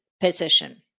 position